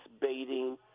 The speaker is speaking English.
baiting